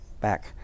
back